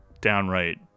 downright